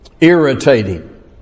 irritating